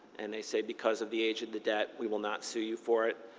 and they say because of the age of the debt we will not sue you for it.